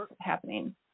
happening